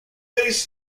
based